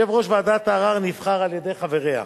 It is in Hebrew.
יושב-ראש ועדת הערר נבחר על-ידי חבריה.